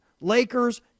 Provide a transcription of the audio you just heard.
Lakers